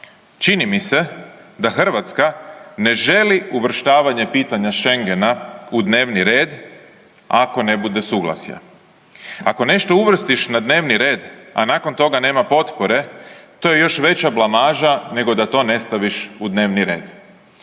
čini mi se da Hrvatska ne želi uvrštavanje pitanja Šengena u dnevni red ako ne bude suglasja. Ako nešto uvrstiš u dnevni red, a nakon toga nema potpore, to je još veća blamaža nego da to ne staviš u dnevni red.